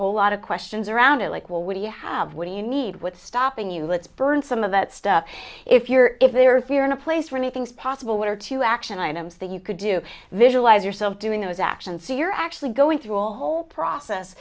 whole lot of questions around it like well what do you have when you need what's stopping you let's burn some of that stuff if you're if there's fear in a place where anything's possible or to action items that you could do visualize yourself doing those actions you're actually going through all whole process